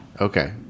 okay